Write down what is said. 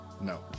No